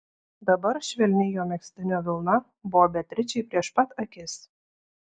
dabar švelni jo megztinio vilna buvo beatričei prieš pat akis